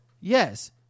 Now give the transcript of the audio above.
yes